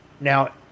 Now